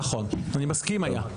נכון, אני מסכים, היה.